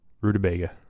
Rutabaga